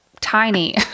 tiny